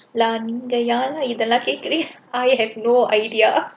lah நீங்க ஏன்லா இதெல்லாம் கேக்கறீங்க:neenga yaenla idhellaam kekkureenga I have no idea